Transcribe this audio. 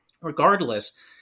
Regardless